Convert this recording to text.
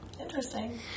Interesting